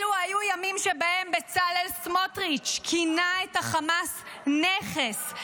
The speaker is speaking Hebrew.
אלו היו ימים שבהם בצלאל סמוטריץ' כינה את החמאס "נכס",